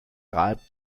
reibt